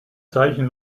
zeichen